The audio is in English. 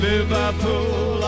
Liverpool